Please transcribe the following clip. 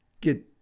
get